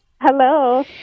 Hello